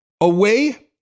Away